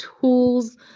tools